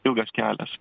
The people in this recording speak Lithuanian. ilgas kelias